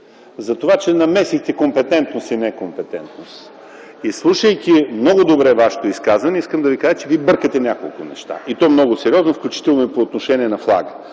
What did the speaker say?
че намесихте компетентност и некомпетентност. Слушайки много добре Вашето изказване, искам да Ви кажа, че Вие бъркате няколко неща, и то много сериозно, включително и по отношение на флага.